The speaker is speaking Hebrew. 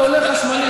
זה עולה חשמלית,